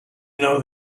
know